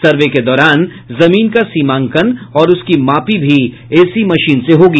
सर्वे के दौरान जमीन का सीमांकन और उसकी मापी भी इसी मशीन से होगी